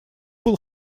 был